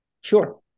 Sure